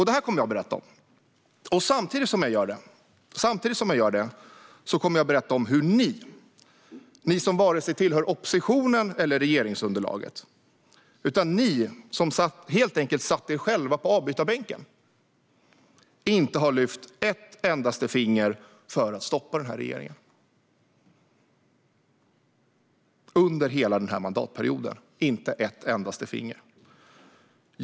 Detta kommer jag att berätta om, och samtidigt som jag gör det kommer jag att berätta om hur ni, som varken tillhör oppositionen eller regeringsunderlaget utan helt enkelt satt er själva på avbytarbänken, inte har lyft ett enda finger för att stoppa den här regeringen under hela den här mandatperioden.